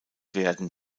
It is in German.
werden